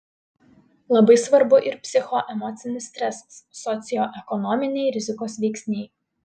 labai svarbu ir psichoemocinis stresas socioekonominiai rizikos veiksniai